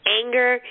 anger